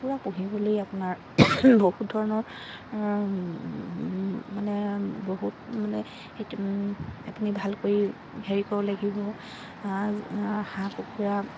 কুকুৰা পুহিবলৈ আপোনাৰ বহুত ধৰণৰ মানে বহুত মানে আপুনি ভাল কৰি হেৰি কৰিব লাগিব হাঁহ কুকুৰা